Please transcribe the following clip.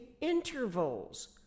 intervals